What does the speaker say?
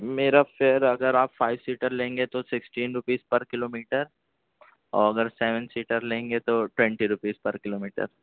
میرا فیئر اگر آپ فائیو سیٹر لیں گے تو سکسٹین روپیز پر کلو میٹر اور اگر سیون سیٹر لیں گے تو ٹوینٹی روپیز پر کلو میٹر